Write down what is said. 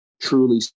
truly